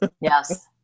Yes